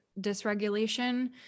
dysregulation